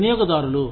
వినియోగదారులు